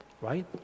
Right